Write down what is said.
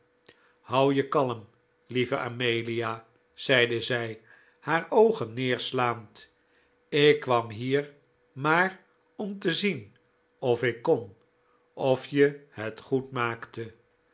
houd je kalm lieve amelia zeide zij haar oogen neerslaand ik kwam hier maar om te zien of ik kon of je het goed maakte